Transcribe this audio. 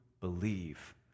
believe